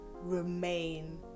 remain